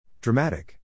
Dramatic